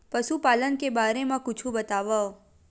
पशुपालन के बारे मा कुछु बतावव?